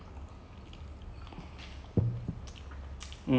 so you know that something bad is going to happen but you will never know